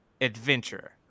adventurer